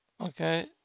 Okay